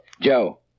Joe